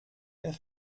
der